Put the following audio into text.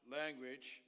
language